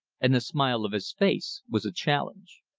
and the smile of his face was a challenge.